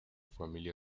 familia